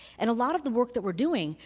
and a lot of the work that we're doing,